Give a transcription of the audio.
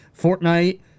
Fortnite